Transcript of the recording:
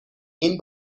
این